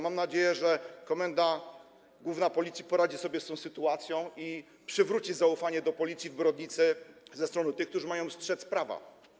Mam nadzieję, że Komenda Główna Policji poradzi sobie z tą sytuacją i przywróci zaufanie do Policji w Brodnicy, do tych, którzy mają strzec prawa.